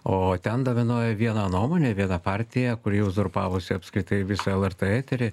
o ten dominuoja viena nuomonė viena partija kuri uzurpavusi apskritai visą lrt eterį